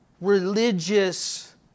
religious